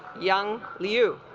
jung leo